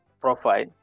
profile